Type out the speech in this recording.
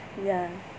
ya